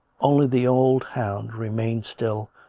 only the old hound remained still,